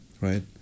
right